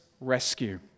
rescue